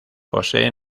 posee